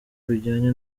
bijyanye